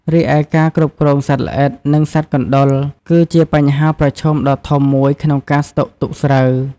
រីឯការគ្រប់គ្រងសត្វល្អិត និងសត្វកណ្ដុរ គឺជាបញ្ហាប្រឈមដ៏ធំមួយក្នុងការស្តុកទុកស្រូវ។